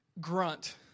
grunt